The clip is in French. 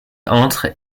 entre